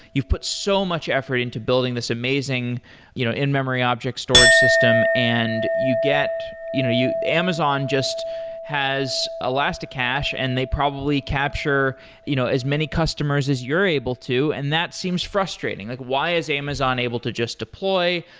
you've put so much effort into building this amazing you know in-memory object storage system and you get you know amazon just has elasticcache, and they probably capture you know as many customers as you're able to, and that seems frustrating. like why is amazon able to just deploy,